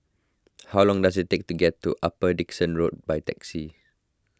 how long does it take to get to Upper Dickson Road by taxi